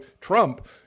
Trump